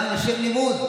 גם לשם לימוד,